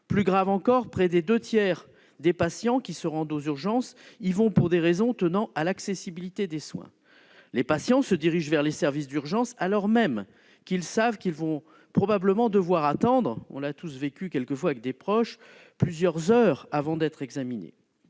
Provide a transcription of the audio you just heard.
Plus grave encore, près des deux tiers des patients qui se rendent aux urgences y vont pour des raisons tenant à l'accessibilité des soins. Les patients se dirigent vers les services d'urgence alors même qu'ils savent qu'ils vont probablement devoir attendre plusieurs heures avant d'être examinés-